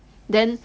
then